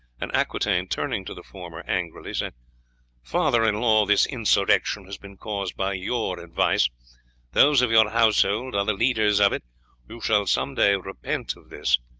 and aquitaine, turning to the former angrily, said father-in-law, this insurrection has been caused by your advice those of your household are the leaders of it you shall some day repent of this.